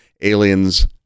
aliens